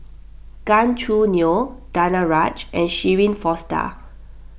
Gan Choo Neo Danaraj and Shirin Fozdar